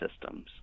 systems